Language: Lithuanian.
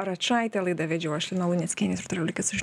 račaitę laidą vedžiau aš lina luneckienė ir toliau likit su